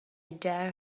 dare